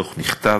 הדוח נכתב,